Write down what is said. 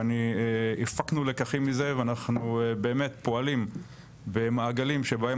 הפקנו לקחים מזה ואנחנו באמת פועלים במעגלים שבהם